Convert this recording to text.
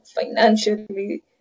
financially